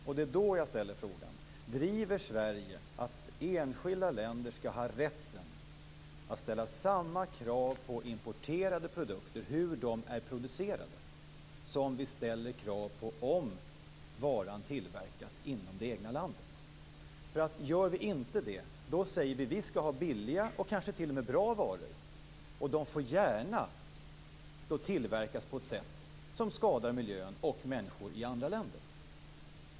Och det är då jag ställer frågan: Driver Sverige att enskilda länder skall ha rätt att ställa samma krav på hur importerade produkter är producerade som på hur varan tillverkas inom det egna landet? Gör vi inte det säger vi: Vi skall ha billiga och kanske t.o.m. bra varor, och de får gärna tillverkas på ett sätt som skadar miljön och människor i andra länder.